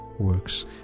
works